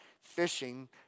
Fishing